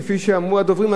כפי שאמרו הדוברים,